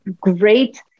great